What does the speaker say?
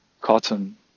cotton